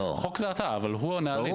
החוק זה אתה, אבל הוא את הנהלים.